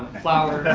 flowers